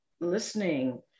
listening